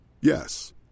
Yes